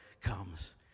comes